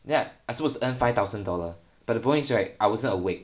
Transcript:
then I supposed to earn five thousand dollar but the problem is right I wasn't awake